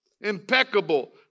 Impeccable